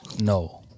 No